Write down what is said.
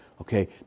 okay